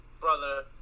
brother